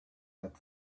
that